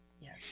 Yes